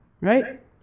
right